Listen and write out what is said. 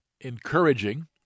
encouraging